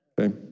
Okay